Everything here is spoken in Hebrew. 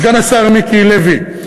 סגן השר מיקי לוי,